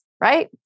right